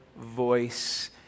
voice